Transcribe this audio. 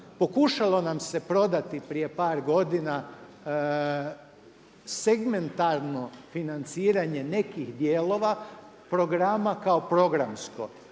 Pokušalo nam se prodati prije par godina segmentarno financiranje nekih dijelova programa kao programsko